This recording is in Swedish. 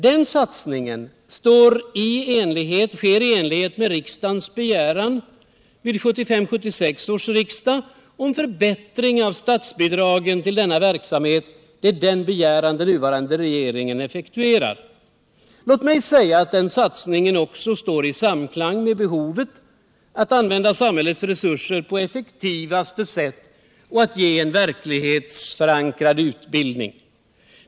Den satsningen sker i enlighet med riksdagens begäran till 1975/76 års riksmöte om förbättring av statsbidraget till denna verksamhet. Det är den begäran som den nuvarande regeringen effektuerar. Låt mig säga att den satsningen också står i samklang med behovet av att använda samhällets resurser på effektivaste sätt i en verklighetsförankrad utbildning.